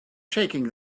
shaking